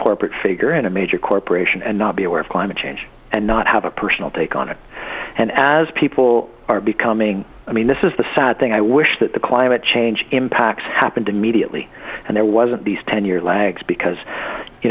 corporate figure in a major corporation and not be aware of climate change and not have a personal take on it and as people are becoming i mean this is the sad thing i wish that the climate change impacts happened immediately and there wasn't these ten year lag because you